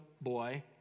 boy